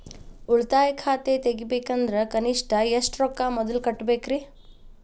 ಉಳಿತಾಯ ಖಾತೆ ತೆಗಿಬೇಕಂದ್ರ ಕನಿಷ್ಟ ಎಷ್ಟು ರೊಕ್ಕ ಮೊದಲ ಕಟ್ಟಬೇಕ್ರಿ?